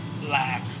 black